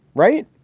right?